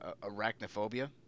Arachnophobia